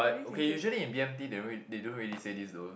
but okay usually in b_m_t they don't really they don't really say this though